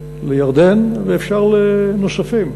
לירדן, ואפשר לנוספים.